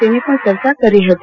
તેની પણ ચર્ચા કરી હતી